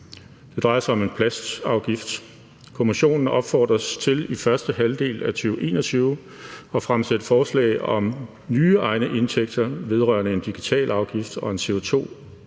Det drejer sig om en plastafgift. Kommissionen opfordres til i første halvdel af 2021 at fremsætte forslag om nye egne indtægter vedrørende en digitalafgift og en